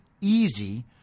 easy